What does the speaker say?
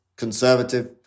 conservative